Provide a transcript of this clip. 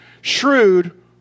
shrewd